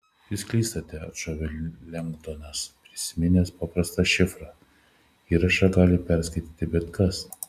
jūs klystate atšovė lengdonas prisiminęs paprastą šifrą įrašą gali perskaityti bet kas